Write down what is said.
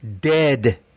dead